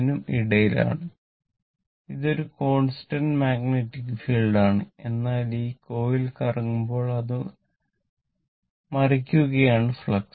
നും ഇടയിലാണ് ഇത് ഒരു കോൺസ്റ്റന്റ് മാഗ്നെറ്റിക് ഫീൽഡ് ആണ് എന്നാൽ ഈ കോയിൽ കറങ്ങുമ്പോൾ അത് മുറിക്കുകയാണ് ഫ്ലക്സ്